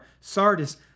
Sardis